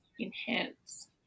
enhance